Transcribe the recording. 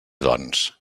doncs